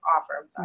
offer